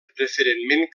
preferentment